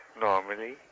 normally